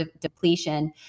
depletion